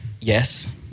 Yes